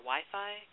Wi-Fi